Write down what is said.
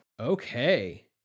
Okay